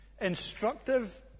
instructive